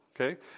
Okay